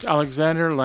Alexander